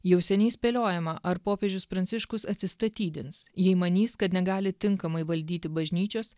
jau seniai spėliojama ar popiežius pranciškus atsistatydins jei manys kad negali tinkamai valdyti bažnyčios